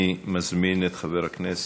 אני מזמין את חבר הכנסת